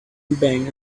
bang